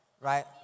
Right